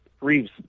Reeves